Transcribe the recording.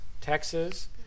texas